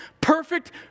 perfect